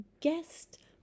guest